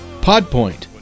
Podpoint